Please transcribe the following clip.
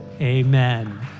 amen